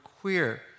queer